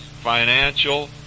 financial